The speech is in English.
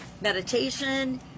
meditation